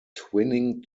twinning